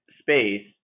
space